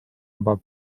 juba